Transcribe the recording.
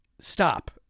stop